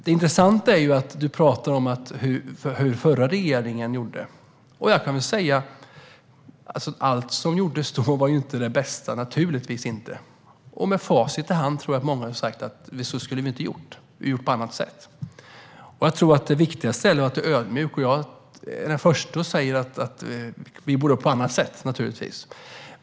Det intressanta är att du talar om hur den förra regeringen gjorde. Jag kan säga att allt som gjordes då naturligtvis inte var det bästa. Med facit i hand tror jag att många hade sagt att vi inte skulle ha gjort så utan skulle ha gjort på annat sätt. Jag tror att det viktigaste är att vara ödmjuk, och jag är den förste att säga att vi naturligtvis borde ha gjort på ett annat sätt.